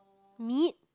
meat